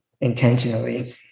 intentionally